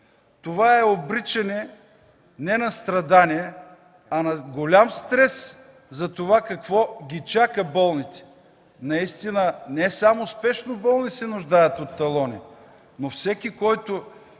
Това е обричане не на страдание, а на голям стрес за това какво ги чака болните. Наистина не само спешно болни се нуждаят от талони, но всеки, който